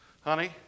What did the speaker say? honey